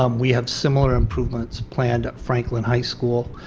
um we have similar improvements planned at franklin high school,